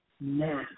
now